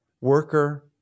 worker